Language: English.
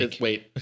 Wait